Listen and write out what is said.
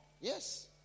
Yes